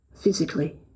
physically